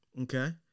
okay